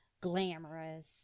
glamorous